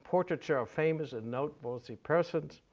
portraiture of famous and noteworthy persons,